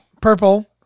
purple